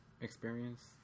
experience